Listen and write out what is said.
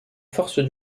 forces